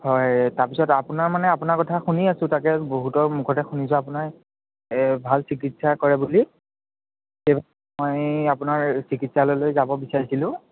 হয় তাৰপিছত আপোনাৰ মানে আপোনাৰ কথা শুনি আছোঁ তাকে বহুতৰ মুখতে শুনিছোঁ আপোনাৰ এই ভাল চিকিৎসা কৰে বুলি সেইবাবে মই আপোনাৰ চিকিৎসালয়লৈ যাব বিচাৰিছিলোঁ